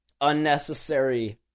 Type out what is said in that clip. unnecessary